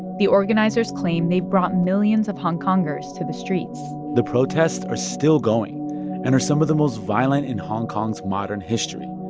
the organizers claim they've brought millions of hong kongers to the streets the protests are still going and are some of the most violent in hong kong's modern history.